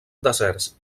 deserts